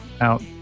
out